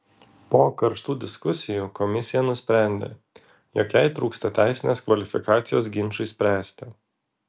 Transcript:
po karštų diskusijų komisija nusprendė jog jai trūksta teisinės kvalifikacijos ginčui spręsti